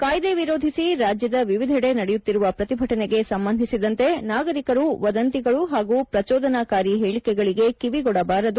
ಕಾಯ್ದೆ ವಿರೋಧಿಸಿ ರಾಜ್ಯದ ವಿವಿಧಡೆ ನಡೆಯುತ್ತಿರುವ ಪ್ರತಿಭಟನೆಗೆ ಸಂಬಂಧಿಸಿದಂತೆ ನಾಗರಿಕರು ವದಂತಿಗಳು ಹಾಗೂ ಪ್ರಚೋದನಾಕಾರಿ ಹೇಳಿಕೆಗಳಿಗೆ ಕಿವಿಗೊಡಬಾರದು